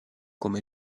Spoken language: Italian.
come